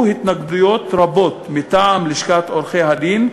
התנגדויות רבות מטעם לשכת עורכי-הדין.